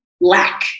lack